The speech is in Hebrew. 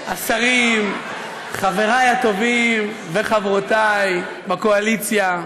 השרים, חברי הטובים וחברותי בקואליציה,